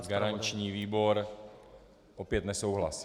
Garanční výbor opět nesouhlas.